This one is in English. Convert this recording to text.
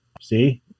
see